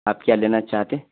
آپ کیا لینا چاہتے ہیں